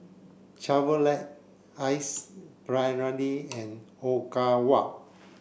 Chevrolet Ace Brainery and Ogawa